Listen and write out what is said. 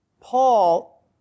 Paul